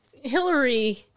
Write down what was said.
Hillary